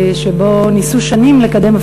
ניסו שנים לקדם,